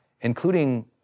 including